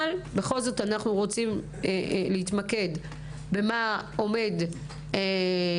אבל צריכים להתמקד במה שעומד היום.